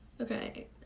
Okay